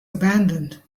abandoned